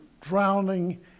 drowning